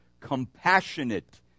compassionate